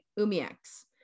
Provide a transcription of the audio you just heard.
umiaks